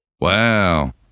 Wow